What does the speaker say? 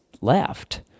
left